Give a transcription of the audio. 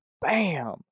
bam